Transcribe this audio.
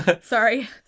Sorry